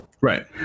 right